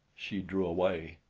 she drew away.